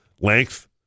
Length